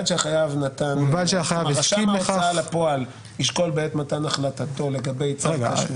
"רשם ההוצאה לפועל ישקול בעת מתן החלטתו לגבי צו תשלומים".